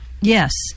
yes